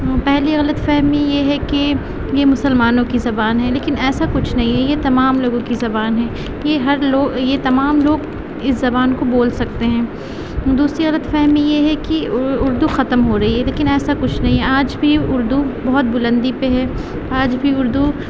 پہلی غلط فہمی یہ ہے کہ یہ مسلمانوں کی زبان ہے لیکن ایسا کچھ نہیں ہے یہ تمام لوگوں کی زبان ہے یہ ہر لوگ یہ تمام لوگ اس زبان کو بول سکتے ہیں دوسری غلط فہمی یہ ہے کہ اردو ختم ہو رہی ہے لیکن ایسا کچھ نہیں ہے آج بھی اردو بہت بلندی پہ ہے آج بھی اردو